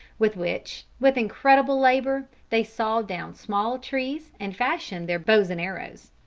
with which, with incredible labor, they sawed down small trees and fashioned their bows and arrows.